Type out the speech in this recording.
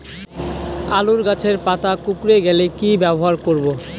আলুর গাছের পাতা কুকরে গেলে কি ব্যবহার করব?